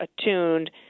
attuned